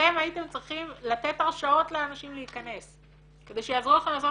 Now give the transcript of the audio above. אתם הייתם צריכים לתת הרשאות לאנשים להיכנס כדי שיעזרו לכם לעשות